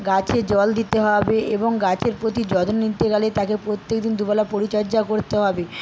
গাছে জল দিতে হবে এবং গাছের প্রতি যত্ন নিতে গেলে তাকে প্রত্যেকদিন দুবেলা পরিচর্যা করতে হবে